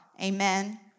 Amen